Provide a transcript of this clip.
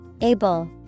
Able